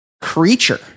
creature